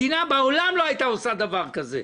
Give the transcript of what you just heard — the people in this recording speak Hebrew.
אף מדינה בעולם לא הייתה עושה דבר כזה,